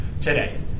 today